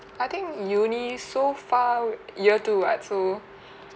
I think uni so far year two ah so